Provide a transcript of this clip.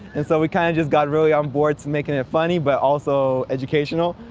and so we kind of just got really on board to making it funny, but also educational.